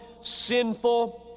sinful